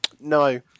No